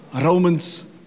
Romans